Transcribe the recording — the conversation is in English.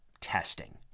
testing